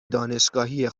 دانشگاهی